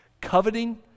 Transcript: Coveting